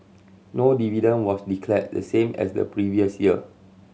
no dividend was declared the same as the previous year